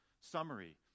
summary